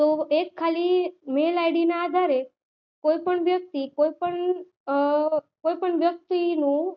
તો એક ખાલી મેલ આઈડીના આધારે કોઈપણ વ્યક્તિ કોઈ પણ કોઈ પણ વ્યક્તિનું